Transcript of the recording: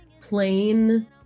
plain